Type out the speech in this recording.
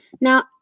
Now